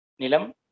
Nilam